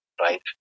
right